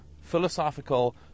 philosophical